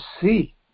see